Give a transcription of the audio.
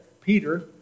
Peter